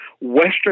Western